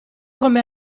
come